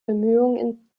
bemühungen